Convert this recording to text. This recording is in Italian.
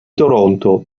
toronto